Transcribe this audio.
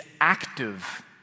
active